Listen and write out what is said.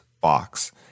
box